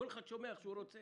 כל אחד שומע איך שהוא רוצה.